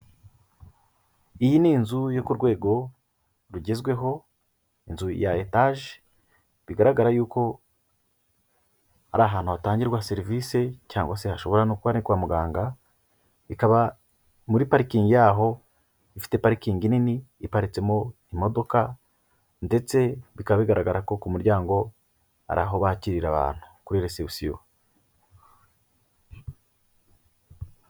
Iyi ni inzu yo ku rwego rugezweho, inzu ya etage bigaragara yuko ari ahantu hatangirwa serivise cyangwa se hashobora no kuba ari kwa muganga, bikaba muri parikingi yaho ifite parikingi nini iparitsemo imodoka ndetse bikaba bigaragara ko ku muryango ari aho bakirira abantu, kuri resebusiyo.